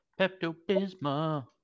Pepto-Bismol